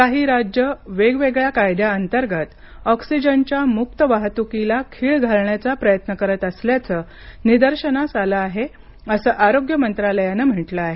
काही राज्यं वेगवेगळ्या कायद्यांतर्गत ऑक्सीजनच्या मुक्त वाहतूकीला खीळ घालण्याचा प्रयत्न करत असल्याचं निदर्शनास आलं आहे असं आरोग्य मंत्रालयानं म्हटलं आहे